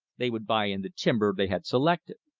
they would buy in the timber they had selected.